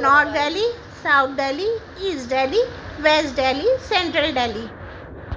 north Delhi south Delhi east Delhi west Delhi central Delhi